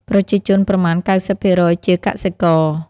ប្រជាជនប្រមាណ ៩០% ជាកសិករ។